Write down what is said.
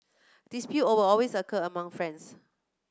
dispute all always occur among friends